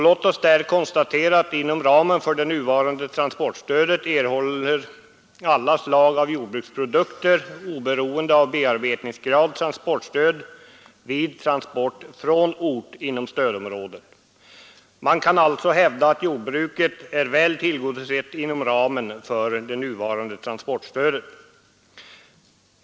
Låt oss där konstatera att inom ramen för det nuvarande transportstödet erhåller alla slag av jordbruksprodukter, oberoende av bearbetningsgrad, transportstöd vid transport från ort inom stödområdet. Man kan alltså hävda att jordbruket är väl tillgodosett inom ramen för det nuvarande transportstödet.